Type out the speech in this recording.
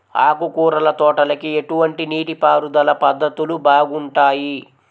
ఆకుకూరల తోటలకి ఎటువంటి నీటిపారుదల పద్ధతులు బాగుంటాయ్?